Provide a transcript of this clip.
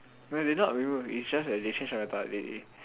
no they not remove is just that they change the meta they